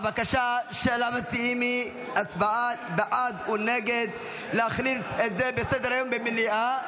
הבקשה של המציעים היא הצבעה בעד או נגד להכליל את זה בסדר-היום במליאה.